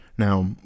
Now